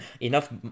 enough